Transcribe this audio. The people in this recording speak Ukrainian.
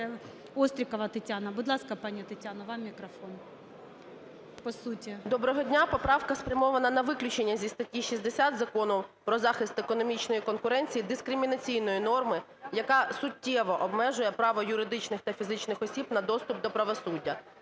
Доброго дня! Поправка спрямована на виключення зі статті 60 Закону "Про захист економічної конкуренції" дискримінаційної норми, яка суттєво обмежує право юридичних та фізичних осіб на доступ до правосуддя.